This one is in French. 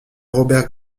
robert